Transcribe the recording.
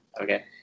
Okay